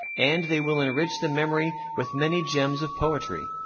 and they will enrich the memory with many gems of poetry,